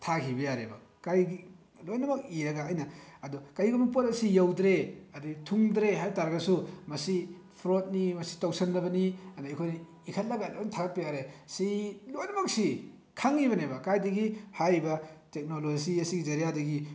ꯊꯥꯈꯤꯕ ꯌꯥꯔꯦꯕ ꯀꯔꯤꯒꯤ ꯂꯣꯏꯅꯃꯛ ꯏꯔꯒ ꯑꯩꯅ ꯑꯗꯣ ꯀꯔꯤꯒꯨꯝꯕ ꯄꯣꯠ ꯑꯁꯤ ꯌꯧꯗ꯭ꯔꯦ ꯑꯗꯒꯤ ꯊꯨꯡꯗ꯭ꯔꯦ ꯍꯥꯏꯕ ꯇꯥꯔꯒꯁꯨ ꯃꯁꯤ ꯐ꯭ꯔꯣꯗꯅꯤ ꯃꯁꯤ ꯇꯧꯁꯤꯟꯅꯕꯅꯤ ꯑꯗꯒꯤ ꯑꯩꯈꯣꯏꯅ ꯏꯈꯠꯂꯒ ꯂꯣꯏ ꯊꯥꯒꯠꯄ ꯌꯥꯔꯦ ꯁꯤ ꯂꯣꯏꯅꯃꯛꯁꯤ ꯈꯪꯏꯕꯅꯦꯕ ꯀꯥꯏꯗꯒꯤ ꯍꯥꯏꯔꯤꯕ ꯇꯦꯛꯅꯣꯂꯣꯖꯤ ꯑꯁꯤꯒꯤ ꯖꯥꯔꯤꯌꯥꯗꯒꯤ